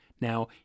Now